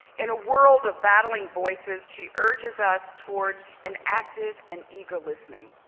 in a world of battling voices, she urges us towards an active and eager listening.